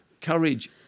courage